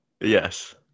Yes